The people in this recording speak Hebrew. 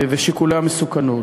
ושיקוליו מסוכנים.